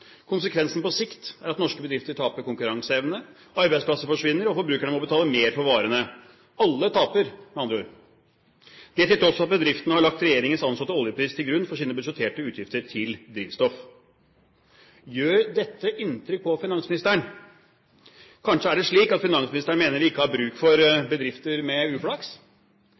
Konsekvensen på sikt er at norske bedrifter taper konkurranseevne, arbeidsplasser forsvinner, og forbrukerne må betale mer for varene. Alle taper, med andre ord, og det til tross for at bedriftene har lagt regjeringens anslåtte oljepris til grunn for sine budsjetterte utgifter til drivstoff. Gjør dette inntrykk på finansministeren? Kanskje er det slik at finansministeren mener vi ikke har bruk for bedrifter med uflaks?